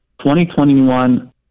2021